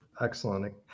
Excellent